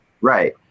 Right